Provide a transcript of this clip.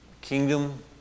kingdom